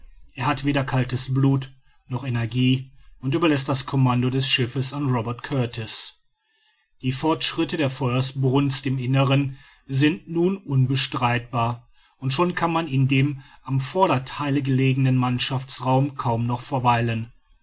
er hat weder kaltes blut noch energie und überläßt das commando des schiffes an robert kurtis die fortschritte der feuersbrunst im innern sind nun unbestreitbar und schon kann man in dem am vordertheile gelegenen mannschaftsraum kaum noch verweilen